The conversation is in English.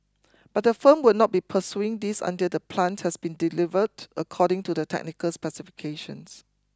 but the firm will not be pursuing this until the plant has been delivered according to the technical specifications